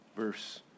verse